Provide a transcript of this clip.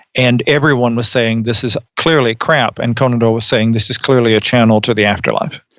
and everyone was saying, this is clearly crap and conan doyle was saying, this is clearly a channel to the afterlife.